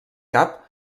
cap